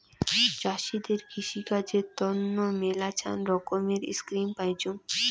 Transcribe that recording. চাষীদের কৃষিকাজের তন্ন মেলাছান রকমের স্কিম পাইচুঙ